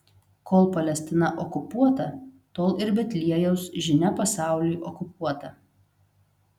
kol palestina okupuota tol ir betliejaus žinia pasauliui okupuota